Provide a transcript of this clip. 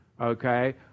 Okay